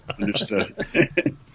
Understood